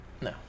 No